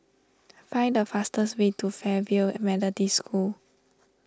find the fastest way to Fairfield Methodist School